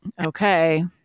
Okay